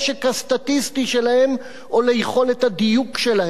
הסטטיסטי שלהם או ליכולת הדיוק שלהם.